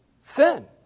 Sin